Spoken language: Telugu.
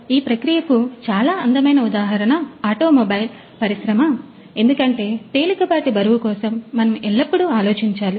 ఈ ప్రక్రియకు చాలా అందమైన ఉదాహరణ ఆటోమొబైల్ పరిశ్రమ ఎందుకంటే తేలికపాటి బరువు కోసం మనం ఎల్లప్పుడూ ఆలోచించాలి